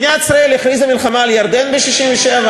מדינת ישראל הכריזה מלחמה על ירדן ב-1967?